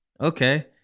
Okay